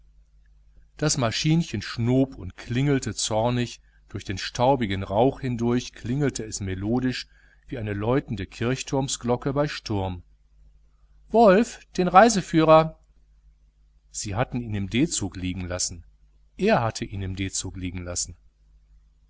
das maschinchen schnob und klingelte zornig durch den staubigen rauch hindurch klingelte es melodisch wie eine läutende kirchturmsglocke bei sturm wolf den reiseführer sie hatten ihn im d zug liegen lassen er hatte ihn im d zug liegen lassen